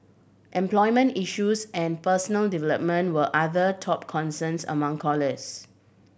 employment issues and personal development were other top concerns among callers